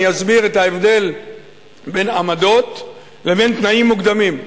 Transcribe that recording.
אני אסביר את ההבדל בין עמדות לבין תנאים מוקדמים.